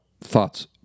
thoughts